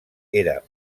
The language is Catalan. era